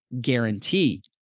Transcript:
guarantee